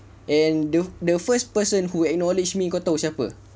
and the the first person who acknowledged me kau tahu siapa